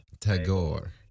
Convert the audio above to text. Tagore